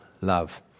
Love